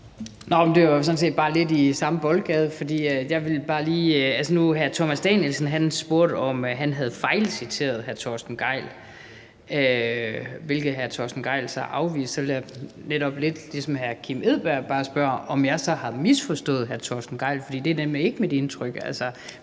set bare lidt i samme boldgade. For hr. Thomas Danielsen spurgte, om han havde fejlciteret hr. Torsten Gejl, hvilket hr. Torsten Gejl så afviste. Så vil jeg netop lidt ligesom hr. Kim Edberg Andersen bare spørge, om jeg så har misforstået hr. Torsten Gejl, for det er nemlig ikke mit indtryk.